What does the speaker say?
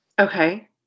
Okay